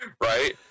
Right